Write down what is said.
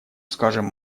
скажем